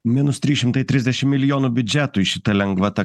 minus trys šimtai trisdešim milijonų biudžetui šita lengvata